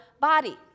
body